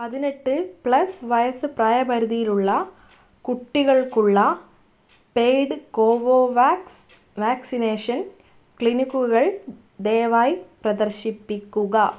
പതിനെട്ട് പ്ലെസ് വയസ്സ് പ്രായ പരിധിയിലുള്ള കുട്ടികൾക്കുള്ള പെയ്ഡ് കോവോവാക്സ് വാക്സിനേഷൻ ക്ലിനിക്കുകൾ ദയവായി പ്രദർശിപ്പിക്കുക